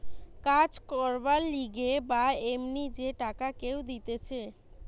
কাজ করবার লিগে বা এমনি যে টাকা কেউ দিতেছে